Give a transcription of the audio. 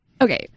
okay